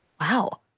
Wow